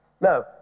No